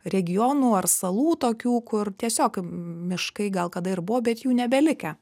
regionų ar salų tokių kur tiesiog miškai gal kada ir buvo bet jų nebelikę